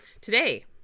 Today